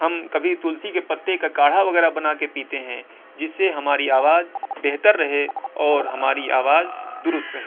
ہم کبھی تُلسی کے پتے کا کاڑھا وغیرہ بنا کے پیتے ہیں جس سے ہماری آواز بہتر رہے اور ہماری آواز دُرست رہے